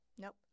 nope